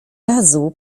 razu